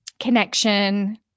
connection